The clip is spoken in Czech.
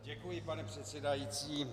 Děkuji, pane předsedající.